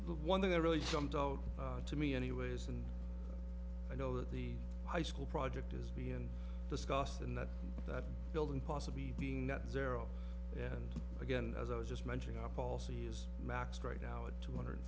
the one thing that really jumped out to me anyways and i know that the high school project is being discussed in that building possibly being not zero and again as i was just mentioning off all see is maxed right now at two hundred